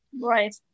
right